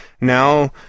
Now